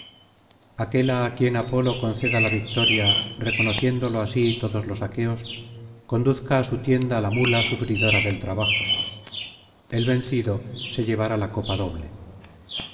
aquel á quien apolo concédala victoria reconociéndolo así todos los aqueos conduzca á su tienda la muía sufridora del trabajo el vencido se llevará la copa doble